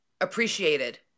appreciated